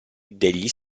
degli